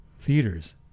theaters